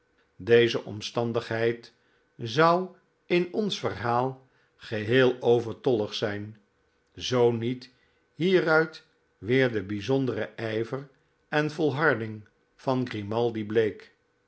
deze omstandigheid zou in ons verhaal geheel overtollig zijn zoo niet hieruit weer de bijzondere ijver en volharding van grimaldi bleek